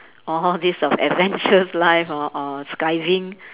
all these of adventurous life or or skydiving